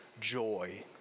joy